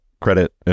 credit